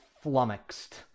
flummoxed